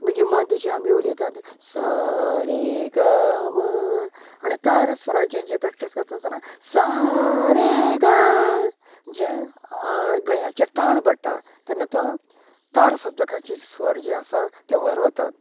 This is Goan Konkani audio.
मागीर मद्ध जे आसा आमी उलयतात ते सा रे ग म आनी तार स्वराचेर प्रॅक्टीस करतास्ताना सा रे ग जे गळ्याचेर ताण पट्टा तेन्ना तो तार सप्तकाचे स्वर जे आसा ते वयर वतात